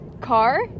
car